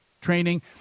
training